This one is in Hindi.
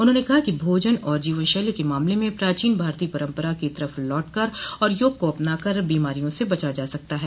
उन्होंने कहा कि भोजन और जीवनशैलो के मामले में प्राचीन भारतीय परम्परा की तरफ लाट कर और योग को अपना कर बीमारियों से बचा जा सकता है